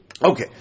Okay